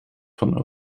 van